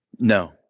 No